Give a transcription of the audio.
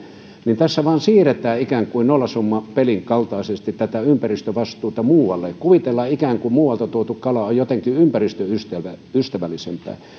ja tässä vain siirretään ikään kuin nollasummapelin kaltaisesti ympäristövastuuta muualle kuvitellaan ikään kuin että muualta tuotu kala on jotenkin ympäristöystävällisempää